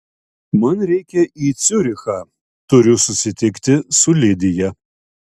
man reikia į ciurichą turiu susitikti su lidija